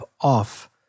off